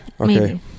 Okay